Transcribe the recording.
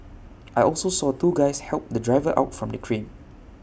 I also saw two guys help the driver out from the crane